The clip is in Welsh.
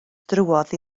drwodd